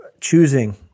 choosing